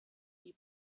die